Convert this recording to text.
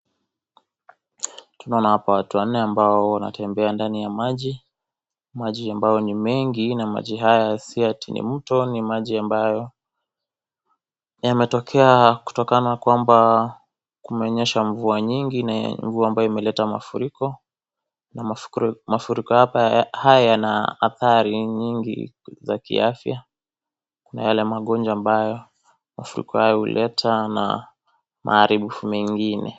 Tunaona hapa watu wanne ambao wanatembea ndani ya maji, maji ambayo ni mengi na maji haya si ati ni mto ni maji ambayo yametokea kutokana kwamba, kumenyesha mvua nyingi na ni mvua ambayo imeleta mafuriko na mafuriko haya yana athari nyingi za kiafya kuna yale magonjwa ambayo mafuriko hayo huleta na maharibifu mengine.